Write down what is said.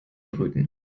brüten